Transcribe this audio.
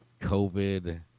COVID